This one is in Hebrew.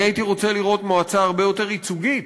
אני הייתי רוצה לראות מועצה הרבה יותר ייצוגית,